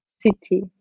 city